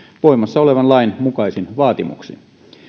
voimassa olevan lain mukaisin vaatimuksin